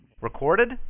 recorded